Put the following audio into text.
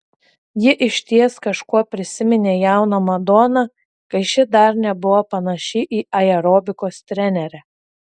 ji išties kažkuo prisiminė jauną madoną kai ši dar nebuvo panaši į aerobikos trenerę